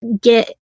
get